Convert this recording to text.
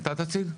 אתה תציג?